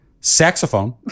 saxophone